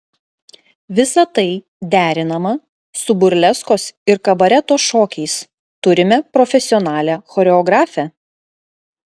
visa tai derinama su burleskos ir kabareto šokiais turime profesionalią choreografę